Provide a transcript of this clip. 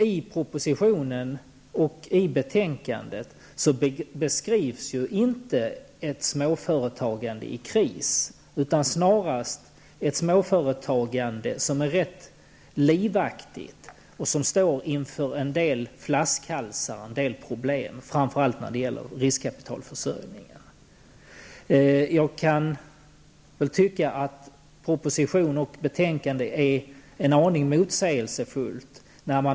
I propositionen och i betänkandet beskrivs ju inte ett småföretagande i kris, utan snarast ett småföretagande som är rätt livaktigt men som står inför flaskhalsar och problem framför allt när det gäller riskkapitalförsörjningen. Jag kan tycka att propositionen och betänkandet är en aning motsägelsefulla.